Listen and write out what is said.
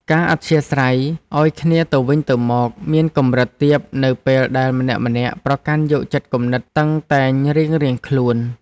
ការអធ្យាស្រ័យឱ្យគ្នាទៅវិញទៅមកមានកម្រិតទាបនៅពេលដែលម្នាក់ៗប្រកាន់យកចិត្តគំនិតតឹងតែងរៀងៗខ្លួន។